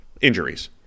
injuries